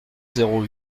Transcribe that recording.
zéro